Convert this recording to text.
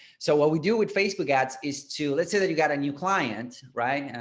so what we do with facebook ads is to let's say that you got a new client, right?